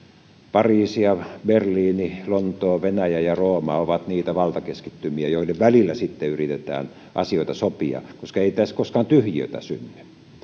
pariisi berliini lontoo venäjä ja rooma ovat niitä valtakeskittymiä joiden välillä sitten yritetään asioita sopia koska ei tässä koskaan tyhjiötä synny